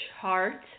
chart